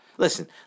listen